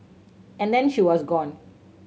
and then she was gone